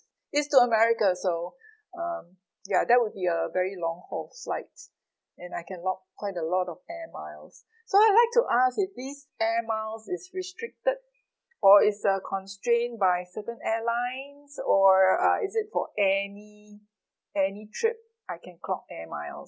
it's to america so um ya that would be a very long haul flights and I can lock quite a lot of air miles so I'd like to ask if this air miles is restricted or it's uh constrained by certain airlines or uh is it for any any trip I can clock air miles